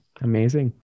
amazing